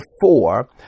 four